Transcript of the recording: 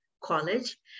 College